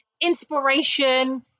inspiration